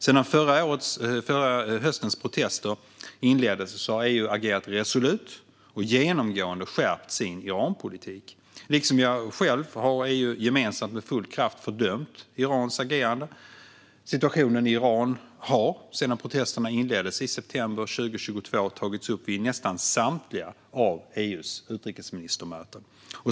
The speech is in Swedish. Sedan förra höstens protester inleddes har EU agerat resolut och genomgående skärpt sin Iranpolitik. Liksom jag själv har EU gemensamt med full kraft fördömt Irans agerande. Situationen i Iran har sedan protesterna inleddes i september 2022 tagits upp i nästan samtliga EU:s utrikesministermöten.